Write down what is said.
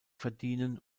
verdienen